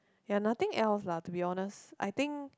ya nothing else lah to be honest I think